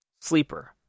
sleeper